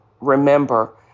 remember